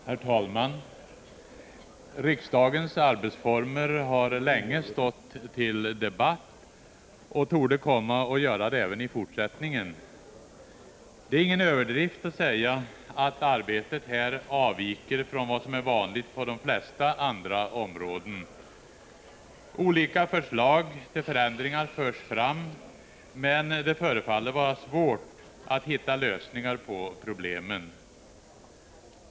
Herr talman! Riksdagens arbetsformer har länge varit föremål för debatt och torde komma att vara det även i fortsättningen. Det är ingen överdrift att säga att arbetet här avviker från vad som är vanligt på de flesta andra områden. Olika förslag till förändringar förs fram, men det förefaller vara svårt att hitta lösningar på problemen.